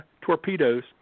torpedoes